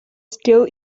still